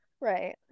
Right